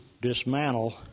dismantle